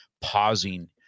pausing